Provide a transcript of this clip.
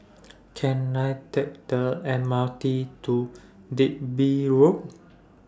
Can I Take The M R T to Digby Road